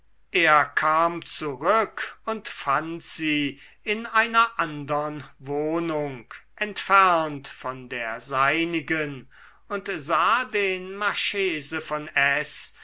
er kam zurück und fand sie in einer andern wohnung entfernt von der seinigen und sah den marchese von s